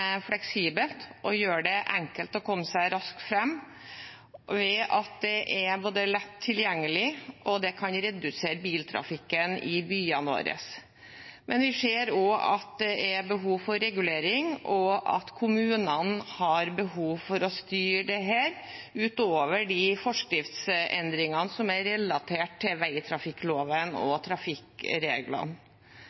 lett tilgjengelig, og det kan redusere biltrafikken i byene våre, men vi ser også at det er behov for regulering, og at kommunene har behov for å styre dette utover de forskriftsendringene som er relatert til veitrafikkloven og